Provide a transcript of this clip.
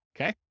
Okay